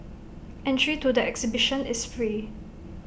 entry to the exhibition is free